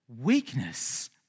weakness